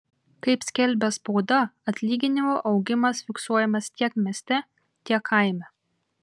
kaip skelbia spauda atlyginimų augimas fiksuojamas tiek mieste tiek kaime